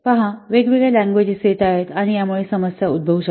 तर वेगवेगळ्या लँग्वेजेस येत आहेत आणि यामुळे समस्या उद्भवू शकत आहे